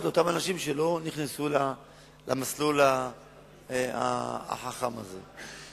לאותם אנשים שלא נכנסו למסלול החכם הזה.